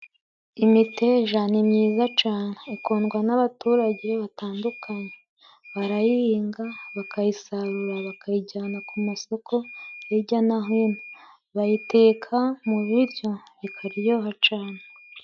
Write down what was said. Imiteja ni myiza cane ikundwa n'abaturage batandukanye, barayihinga bakayisarura bakayijyana ku masoko hirya no hino, bayiteka mu biryo bikaryoha cane.